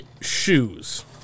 shoes